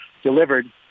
delivered